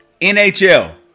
NHL